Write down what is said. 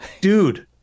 dude